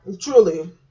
Truly